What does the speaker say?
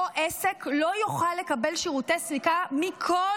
אותו עסק לא יוכל לקבל שירותי סליקה מכל